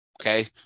okay